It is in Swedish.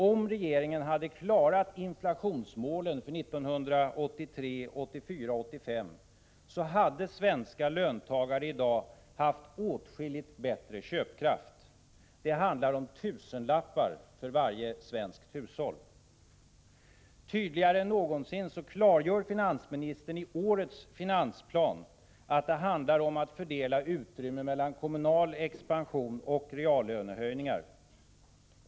Om regeringen hade klarat inflationsmålen för 1983, 1984 och 1985, hade svenska löntagare i dag haft åtskilligt bättre köpkraft. Det handlar om tusenlappar för varje svenskt hushåll. Tydligare än någonsin klargör finansministern i årets finansplan att det handlar om att fördela utrymmet mellan kommunal expansion och reallönehöjningar.